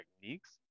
techniques